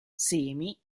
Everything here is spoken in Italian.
semi